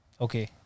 Okay